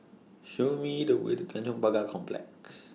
Show Me The Way to Tanjong Pagar Complex